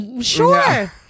Sure